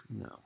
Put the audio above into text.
No